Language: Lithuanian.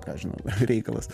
ką aš žinau reikalas